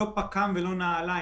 לא פק"מ ולא נעליים.